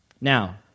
Now